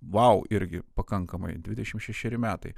vau irgi pakankamai dvidešimt šešeri metai